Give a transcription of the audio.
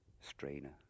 Strainer